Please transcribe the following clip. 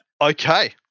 Okay